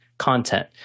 content